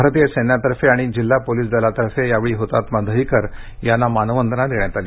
भारतीय सैन्यातर्फे आणि जिल्हा पोलीस दलातर्फे यावेळी हुतात्मा दहिकर यांना मानवंदना देण्यात आली